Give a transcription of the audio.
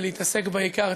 ולהתעסק בעיקר.